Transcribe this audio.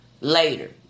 later